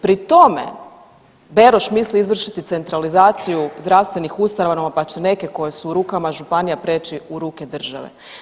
Pri tome Beroš misli izvršiti centralizaciju zdravstvenih ustanova pa će neke koje su u rukama županija preći u ruke države.